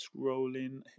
scrolling